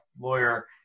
lawyer